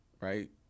right